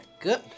Good